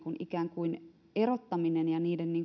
ikään kuin erottaminen ja niiden